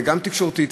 וגם תקשורתית,